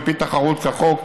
על פי תחרות כחוק,